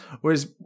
Whereas